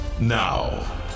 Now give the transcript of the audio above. now